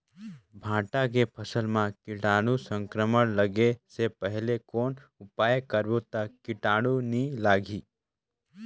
भांटा के फसल मां कीटाणु संक्रमण लगे से पहले कौन उपाय करबो ता कीटाणु नी लगही?